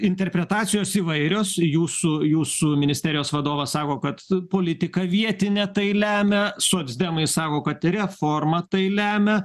interpretacijos įvairios jūsų jūsų ministerijos vadovas sako kad politika vietinė tai lemia socdemai sako kad reforma tai lemia